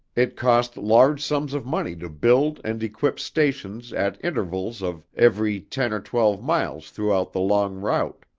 it cost large sums of money to build and equip stations at intervals of every ten or twelve miles throughout the long route.